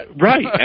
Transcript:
Right